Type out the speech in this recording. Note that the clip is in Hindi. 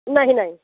नहीं नहीं